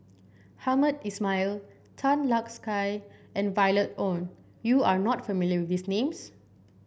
Hamed Ismail Tan Lark Sye and Violet Oon you are not familiar with these names